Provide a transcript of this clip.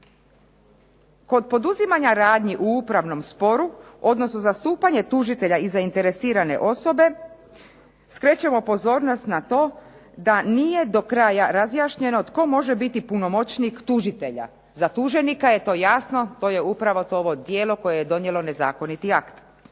Kod poduzimanja radnji u upravnom sporu, odnosno zastupanje tužitelja i zainteresirane osobe skrećemo pozornost na to da nije do kraja razriješeno tko može biti punomoćnik tužitelja. Za tuženika je to jasno, to je upravo ovo tijelo koje je donijelo nezakoniti akt,